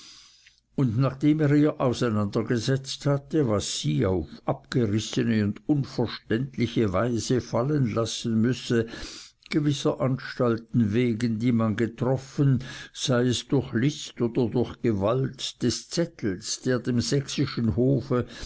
und nachdem er ihr auseinandergesetzt hatte was sie auf abgerissene und unverständliche weise fallen lassen müsse gewisser anstalten wegen die man getroffen sei es durch list oder durch gewalt des zettels der dem sächsischen hofe